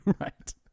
Right